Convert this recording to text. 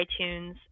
iTunes